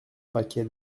paquet